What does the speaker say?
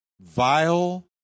vile